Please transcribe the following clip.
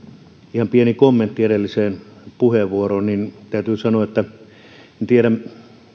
ihan pieni kommentti edelliseen puheenvuoroon täytyy sanoa etten tiedä